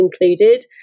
included